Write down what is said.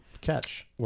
catch